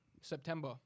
September